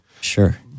Sure